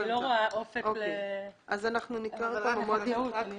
אני לא רואה אופק לעבודה בחקלאות.